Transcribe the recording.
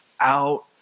out